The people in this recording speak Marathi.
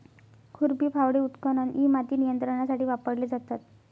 खुरपी, फावडे, उत्खनन इ माती नियंत्रणासाठी वापरले जातात